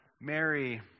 Mary